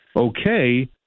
okay